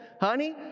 honey